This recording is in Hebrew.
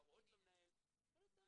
להראות למנהל בואו ניתן